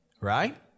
Right